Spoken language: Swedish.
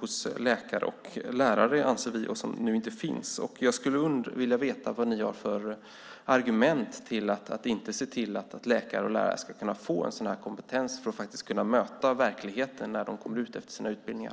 hos läkare och lärare som vi anser och som nu inte finns. Jag skulle vilja veta vad ni har för argument för att inte se till att läkare och lärare ska kunna få en sådan kompetens för att kunna möta verkligheten när de kommer ut efter sina utbildningar.